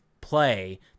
play